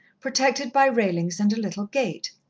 protected by railings and a little gate.